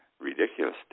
Ridiculous